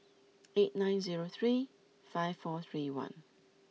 eight nine zero three five four three one